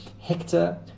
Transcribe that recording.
Hector